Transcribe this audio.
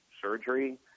surgery